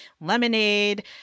Lemonade